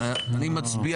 אני מצביע